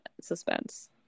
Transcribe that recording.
suspense